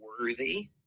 worthy